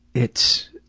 it's